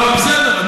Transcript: לא, בסדר.